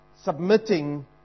submitting